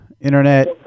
internet